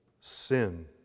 sin